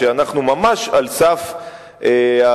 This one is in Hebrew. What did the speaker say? שאנחנו ממש על סף הרזרבות.